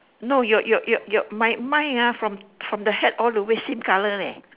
no your your your your my mine ah from from the hat all the way same colour leh